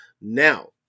Now